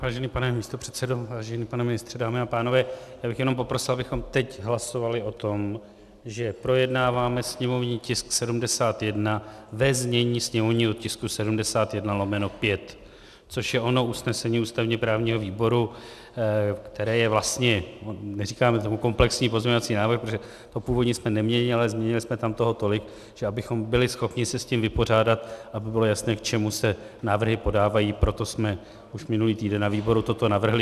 Vážený pane místopředsedo, vážený pane ministře, dámy a pánové, já bych jenom poprosil, abychom teď hlasovali o tom, že projednáváme sněmovní tisk 71 ve znění sněmovního tisku 71/5, což je ono usnesení ústavněprávního výboru, které je vlastně neříkáme tomu komplexní pozměňovací návrh, protože to původní jsme neměnili, ale změnili jsme tam toho tolik, že abychom byli schopni se s tím vypořádat a aby bylo jasné, k čemu se návrhy podávají, proto jsme už minulý týden na výboru toto navrhli.